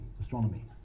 astronomy